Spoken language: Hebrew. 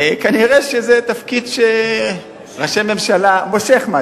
כנראה זה תפקיד שראשי ממשלה, מושך.